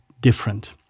different